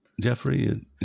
Jeffrey